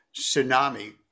Tsunami